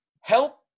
Help